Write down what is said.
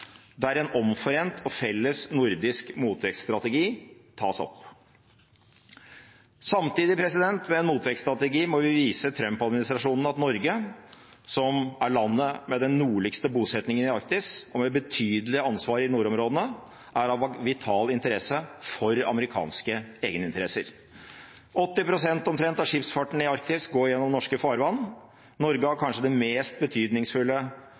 der en omforent og felles nordisk motvektsstrategi tas opp. Samtidig med en motvektsstrategi må vi vise Trump-administrasjonen at Norge, som er landet med den nordligste bosettingen i Arktis, og som har et betydelig ansvar i nordområdene, er av vital interesse for amerikanske egeninteresser. Omtrent 80 pst. av skipsfarten i Arktis går gjennom norske farvann. Norge har kanskje det mest betydningsfulle